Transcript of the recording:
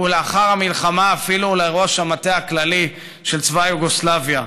ולאחר המלחמה אפילו לראש המטה הכללי של צבא יוגוסלביה.